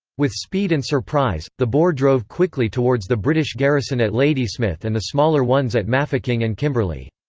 with speed and surprise, the boer drove quickly towards the british garrison at ladysmith and the smaller ones at mafeking and kimberley.